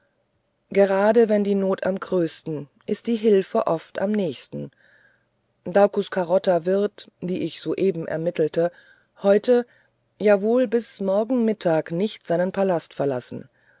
gerade wenn die not am größten ist die hilfe oft am nächsten daucus carota wird wie ich soeben ermittelt heute ja wohl bis morgen mittag nicht seinen palast verlassen